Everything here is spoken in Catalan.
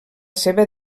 seva